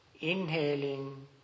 inhaling